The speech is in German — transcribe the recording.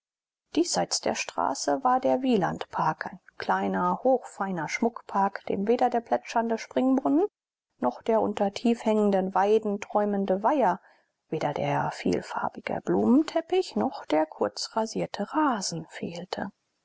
diesseits der straße war der wielandpark ein kleiner hochfeiner schmuckpark dem weder der plätschernde springbrunnen noch der unter tiefhängenden weiden träumende weiher weder der vielfarbige blumenteppich noch der kurz rasierte rasen fehlte